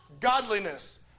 godliness